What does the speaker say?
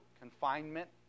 confinement